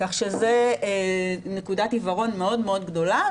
כך שזו נקודת עיוורון מאוד גדולה,